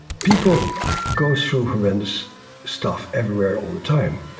people go through horrendous stuff everywhere all the time,